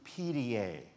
PDA